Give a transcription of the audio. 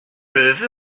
veux